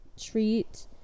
treat